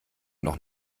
noch